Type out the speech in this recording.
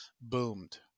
boomed